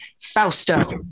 fausto